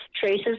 traces